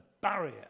barrier